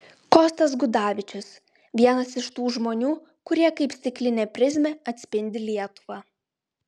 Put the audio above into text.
kostas gudavičius vienas iš tų žmonių kurie kaip stiklinė prizmė atspindi lietuvą